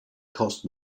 cost